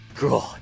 god